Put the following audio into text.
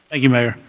thank you, mayor.